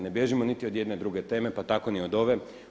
Ne bježimo niti od jedne druge teme, pa tako ni od ove.